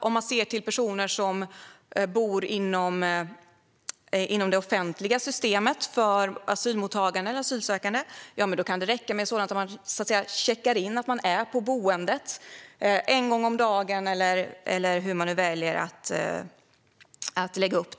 När det gäller personer som bor inom det offentliga systemet för asylmottagande eller asylsökande kan det räcka med att till exempel checka in på boendet en gång om dagen eller hur det nu kan läggas upp.